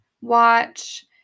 watch